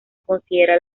considera